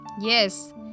Yes